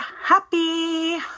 happy